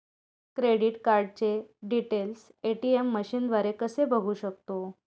Credit कार्डचे details ATM मशीनद्वारे कसे बघू शकतो?